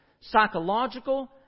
psychological